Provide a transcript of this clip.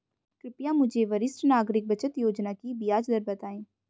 कृपया मुझे वरिष्ठ नागरिक बचत योजना की ब्याज दर बताएं